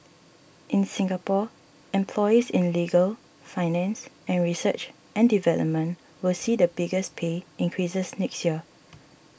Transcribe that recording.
in Singapore employees in legal finance and research and development will see the biggest pay increases next year